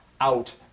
out